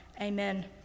amen